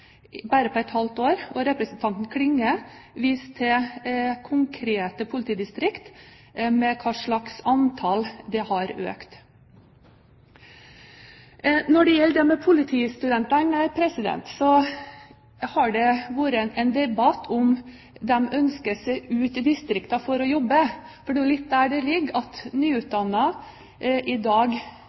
bare på et halvt år. Representanten Klinge viste til konkrete politidistrikt og hva slags antall de har økt med. Når det gjelder politistudenter, har det vært en debatt om de ønsker seg ut i distriktene for å jobbe. Det er jo litt der det ligger, at noen nyutdannede i dag